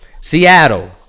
Seattle